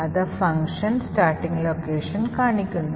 അത് function starting location കാണിക്കുന്നു